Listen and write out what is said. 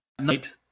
night